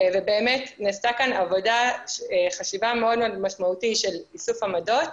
ובאמת נעשתה כאן חשיבה מאוד משמעותית של איסוף עמדות.